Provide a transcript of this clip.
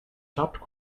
chopped